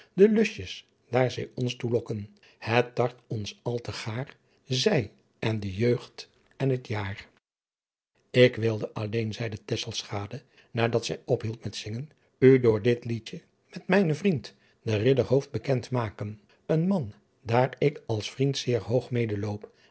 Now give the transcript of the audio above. de lusjes daar zy ons toe lokken het tart ons al te gaêr zy en de jeughd en t jaar ik wilde alleen zeide tesselschade nadat zij ophield met zingen u door dit liedje met mijnen vriend den ridder hooft bekend maken een man daar ik als vriend zeer hoog mede loop